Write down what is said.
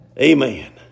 Amen